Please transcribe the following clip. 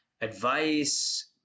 advice